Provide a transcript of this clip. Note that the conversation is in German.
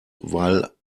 weil